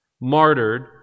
martyred